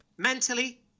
Mentally